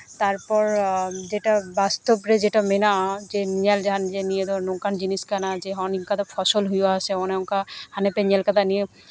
ᱛᱟᱴᱯᱚᱨ ᱡᱮᱴᱟ ᱵᱟᱥᱛᱚᱵ ᱨᱮ ᱡᱮᱴᱟ ᱢᱮᱱᱟᱜᱼᱟ ᱡᱮ ᱧᱮᱞ ᱡᱟᱦᱟᱱ ᱱᱤᱭᱟᱹᱫᱚ ᱱᱚᱝᱟᱱ ᱡᱤᱱᱤᱥ ᱠᱟᱱᱟ ᱦᱚᱜᱼᱚᱸᱭ ᱱᱤᱝᱠᱟᱹ ᱫᱚ ᱯᱷᱚᱥᱚᱞ ᱦᱩᱭᱩᱜ ᱟᱥᱮ ᱚᱱᱮ ᱚᱱᱠᱟ ᱦᱟᱱᱮᱯᱮ ᱧᱮᱞ ᱠᱟᱫᱟ ᱱᱤᱭᱟᱹ